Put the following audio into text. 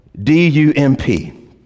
D-U-M-P